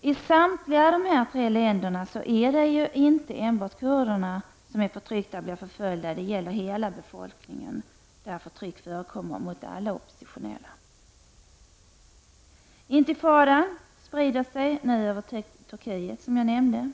I samtliga dessa tre länder är det inte enbart kurderna som är förtryckta och blir förföljda. Det gäller hela befolkningen, där förtryck förekommer mot alla oppositionella. Intifadan sprider sig nu över Turkiet, som jag nämnde.